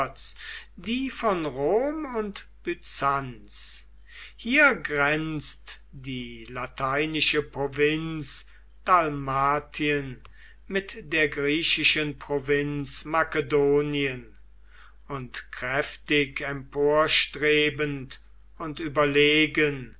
die von rom und byzanz hier grenzt die lateinische provinz dalmatien mit der griechischen provinz makedonien und kräftig emporstrebend und überlegen